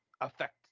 affect